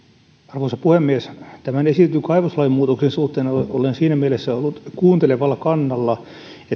arvoisa puhemies tämän esitetyn kaivoslain muutoksen suhteen olen siinä mielessä ollut kuuntelevalla kannalla että asiasta on